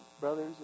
brothers